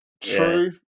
true